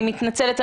אני מתנצלת.